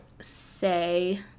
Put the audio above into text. say